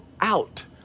out